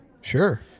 Sure